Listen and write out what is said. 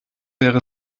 wäre